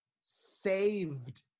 saved